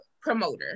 promoter